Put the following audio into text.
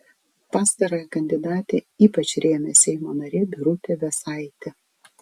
pastarąją kandidatę ypač rėmė seimo narė birutė vėsaitė